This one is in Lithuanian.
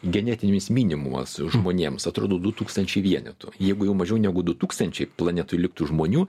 genetinis minimumas žmonėms atrodo du tūkstančiai vienetų jeigu jau mažiau negu du tūkstančiai planetoj liktų žmonių